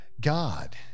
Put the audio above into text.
God